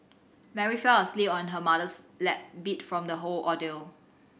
Mary fell asleep on her mother's lap beat from the whole ordeal